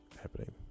happening